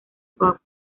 pop